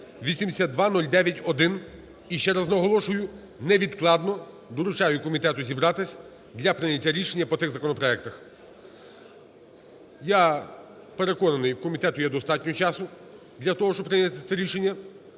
8209-1. І ще раз наголошую, невідкладно доручаю комітету зібратися для прийняття рішення по тих законопроектах. Я переконаний, у комітету є достатньо часу для того, щоб прийняти це рішення.